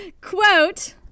Quote